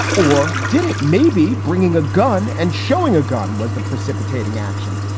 or did it? maybe bringing a gun and showing a gun was the precipitating action.